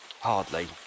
Hardly